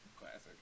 Classic